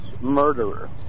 murderer